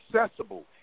accessible